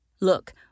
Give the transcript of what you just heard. Look